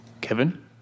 Kevin